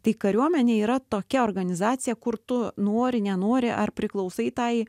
tai kariuomenė yra tokia organizacija kur tu nori nenori ar priklausai tai